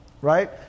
right